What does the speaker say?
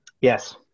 Yes